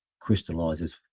crystallizes